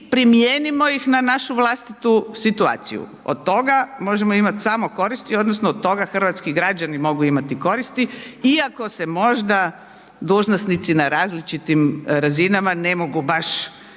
primijenimo ih na našu vlastitu situaciju. Od toga možemo imati samo koristi odnosno od toga hrvatski građani mogu imati koristi iako se možda dužnosnici na različitim razinama ne mogu baš